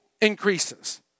increases